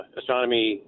astronomy